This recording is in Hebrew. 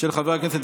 מס' 252 ו-284.